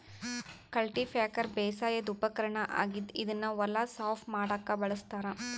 cultipacker ಬೇಸಾಯದ್ ಉಪಕರ್ಣ್ ಆಗಿದ್ದ್ ಇದನ್ನ್ ಹೊಲ ಸಾಫ್ ಮಾಡಕ್ಕ್ ಬಳಸ್ತಾರ್